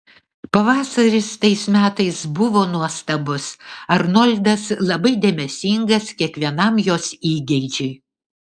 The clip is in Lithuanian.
pavasaris tais metais buvo nuostabus arnoldas labai dėmesingas kiekvienam jos įgeidžiui